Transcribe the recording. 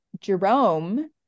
Jerome